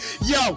Yo